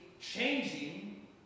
changing